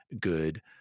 good